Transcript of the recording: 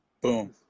Boom